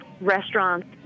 restaurants